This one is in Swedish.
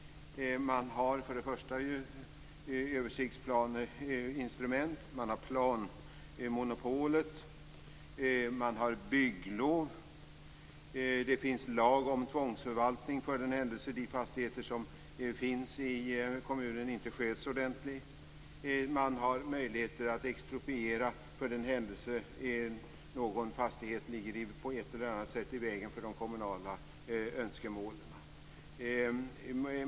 Man har först och främst översiktsplaneinstrument. Man har planmonopolet. Man har bygglov. Det finns en lag om tvångsförvaltning för den händelse de fastigheter som finns i kommunen inte sköts ordentligt. Man har möjligheter att expropriera för den händelse någon fastighet på ett eller annat sätt ligger i vägen för de kommunala önskemålen.